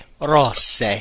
rosse